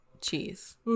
cheese